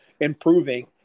improving